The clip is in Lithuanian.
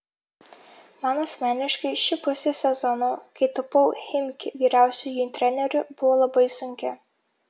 man asmeniškai ši pusė sezono kai tapau chimki vyriausiuoju treneriu buvo labai sunki